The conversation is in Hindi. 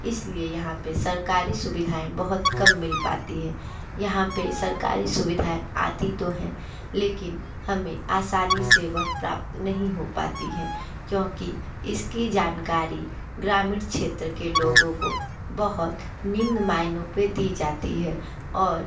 इसलिए यहाँ पे सरकारी सुविधाएँ बहुत कम मिल पाती है यहाँ पे सरकारी सुविधाएँ आती तो हैं लेकिन हमें आसानी से वो प्राप्त नहीं हो पाती हैं क्योंकि इसकी जानकारी ग्रामीण क्षेत्र के लोगों को बहुत निम्न माइनो पे दी जाती है और